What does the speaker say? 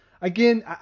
again